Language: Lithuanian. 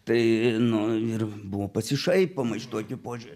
tai nu ir buvo pasišaipoma iš tokio požiūrio